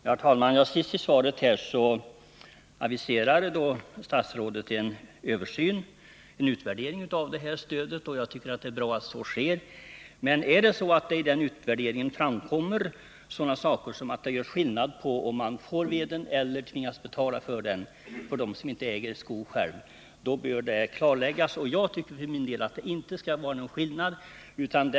Herr talman! Sist i sitt svar aviserar statsrådet en utvärdering av den aktuella stödformen. Jag tycker att det är bra att så sker. Men om det i den utvärderingen framkommer att det görs skillnad mellan fall där man får veden gratis och fall där man tvingas betala för den, om den sökande själv inte är skogsägare, bör detta rättas till. Jag tycker för min del inte att det skall vara någon skillnad mellan sådana fall.